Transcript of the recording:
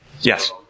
Yes